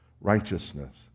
righteousness